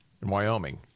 Wyoming